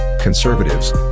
conservatives